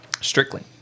Strictly